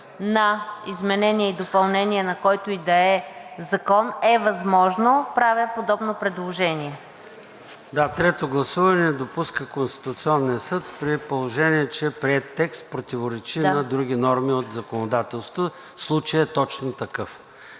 на изменение и допълнение, на който и да е закон“, е възможно – правя подобно предложение. ПРЕДСЕДАТЕЛ ЙОРДАН ЦОНЕВ: Да, трето гласуване не допуска Конституционният съд, при положение че приет текст противоречи на други норми от законодателството. Случаят е точно такъв.